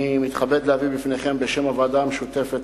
אני מתכבד להביא בפניכם בשם הוועדה המשותפת